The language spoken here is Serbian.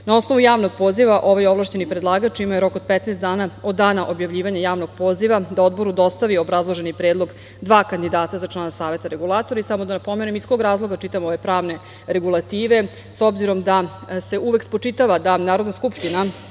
Na osnovu Javnog poziva, ovaj ovlašćeni predlagač imao je rok od 15 dana od dana objavljivanja Javnog poziva da Odboru dostavi obrazloženi predlog dva kandidata za člana Saveta Regulatora. Samo da napomenem iz kog razloga čitam ove pravne regulative. S obzirom da se uvek spočitava da Narodna skupština,